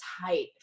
tight